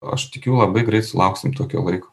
aš tikiu labai greit sulauksim tokio laiko